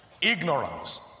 Ignorance